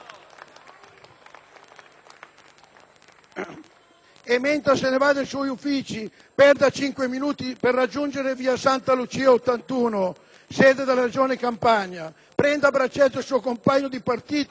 E, mentre se ne va dal suo ufficio, perda cinque minuti per raggiungere Via Santa Lucia 81, sede della Regione Campania, prenda a braccetto il suo compagno di partito